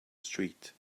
street